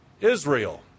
Israel